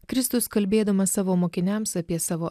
kristus kalbėdamas savo mokiniams apie savo